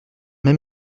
même